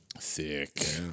thick